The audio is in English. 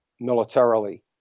militarily